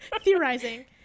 theorizing